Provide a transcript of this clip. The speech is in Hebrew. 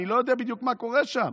אני לא יודע בדיוק מה קורה שם.